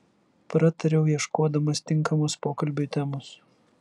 pratariau ieškodamas tinkamos pokalbiui temos